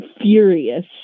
furious